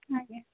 ଆଜ୍ଞା